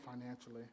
financially